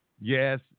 Yes